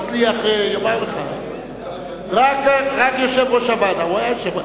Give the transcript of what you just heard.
אני קובע שהנוכחים בכנסת הצביעו פה-אחד בקריאה שנייה.